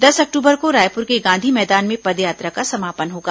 दस अक्टूबर को रायपुर के गांधी मैदान में पदयात्रा का समापन होगा